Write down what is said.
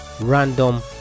random